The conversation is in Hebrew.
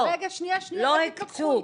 לא הקצו.